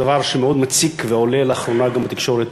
דבר שמאוד מציק ועולה לאחרונה גם בתקשורת,